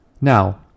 Now